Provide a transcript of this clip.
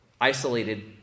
isolated